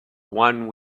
one